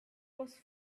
was